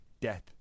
death